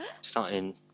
Starting